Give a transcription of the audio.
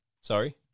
Sorry